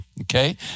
Okay